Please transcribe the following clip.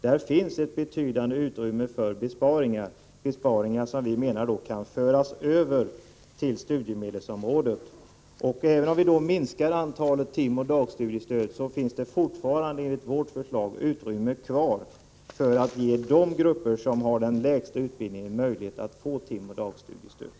Där finns ett betydande utrymme för besparingar, pengar som vi menar kan föras över till studiemedelsområdet. Även om vi då minskar antalet timoch dagstudiestöd finns det enligt vårt förslag utrymme att ge de grupper som har den lägsta utbildningen möjlighet att få timoch dagstudiestöd.